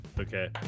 okay